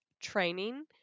training